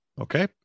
Okay